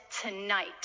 tonight